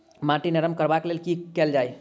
माटि नरम करबाक लेल की केल जाय?